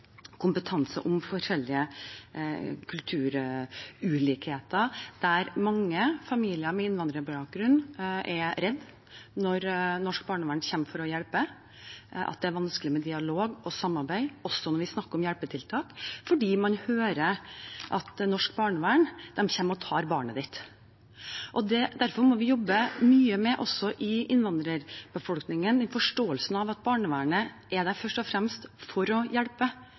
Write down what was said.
kompetanse om forskjellige kulturulikheter. Mange familier med innvandrerbakgrunn er redde når norsk barnevern kommer for å hjelpe. Det er vanskelig med dialog og samarbeid, også når vi snakker om hjelpetiltak, fordi man hører at norsk barnevern kommer og tar barnet deres. Derfor må vi jobbe mye også i innvandrerbefolkningen med forståelsen av at barnevernet er der først og fremst for å hjelpe.